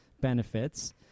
benefits